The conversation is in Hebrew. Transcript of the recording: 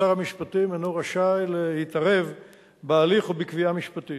שר המשפטים אינו רשאי להתערב בהליך או בקביעה משפטית.